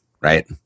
Right